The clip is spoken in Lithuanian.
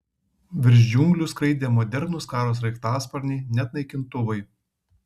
virš džiunglių skraidė modernūs karo sraigtasparniai net naikintuvai